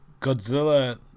Godzilla